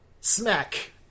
smack